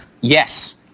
Yes